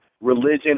religion